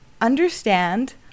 understand